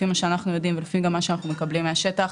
לפי מה שאנחנו יודעים ולפי מה שאנחנו מקבלים מהשטח,